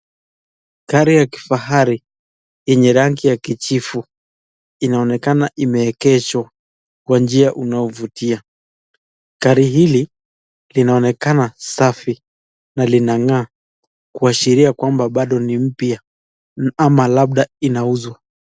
Gari ya kifahari yenye rangi ya kijifu inaonekana imeekezwa kwa njia inayofutia, gari hili linaonekana safi na linanga kuashiria kwamba ni mpya ama labda inauzwa.